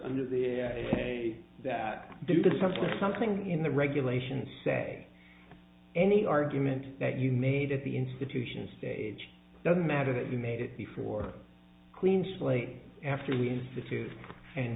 under the day that due to something something in the regulations say any argument that you made at the institution stage doesn't matter that you made it before a clean slate after we